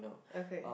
okay